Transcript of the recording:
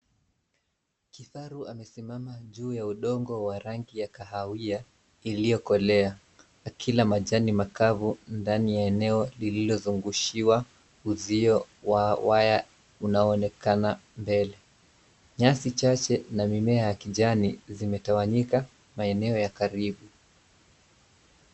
Kifaru amesimama juu ya udongo wa rangi ya kahawia iliyo kolea akila majani makavu ndani ya eneo lililo zungushiwa uzio wa waya unayo onekana mbele. Nyasi chache na mimea ya kijani zimetawanyika maeneo ya karibu.